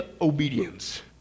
obedience